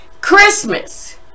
Christmas